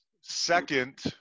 second